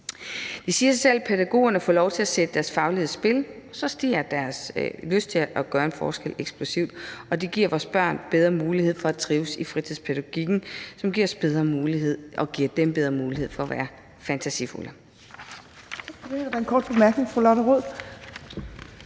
Det siger sig selv, at hvis pædagogerne får lov til at sætte deres faglighed i spil, så stiger deres lyst til at gøre en forskel eksplosivt, og det giver vores børn bedre mulighed for at trives i fritidspædagogikken, hvilket giver dem bedre vilkår for at være fantasifulde.